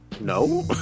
no